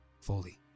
Fully